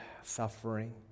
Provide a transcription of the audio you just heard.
suffering